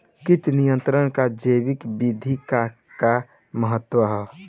कीट नियंत्रण क जैविक विधि क का महत्व ह?